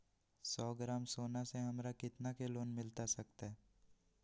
सौ ग्राम सोना से हमरा कितना के लोन मिलता सकतैय?